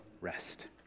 rest